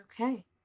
Okay